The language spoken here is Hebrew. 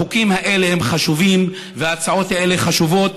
החוקים האלה הם חשובים וההצעות האלה חשובות,